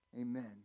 Amen